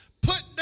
put